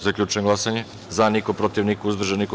Zaključujem glasanje: za – niko, protiv – niko, uzdržan – niko.